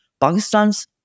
Pakistan's